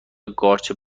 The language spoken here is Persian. قارچ